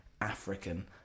African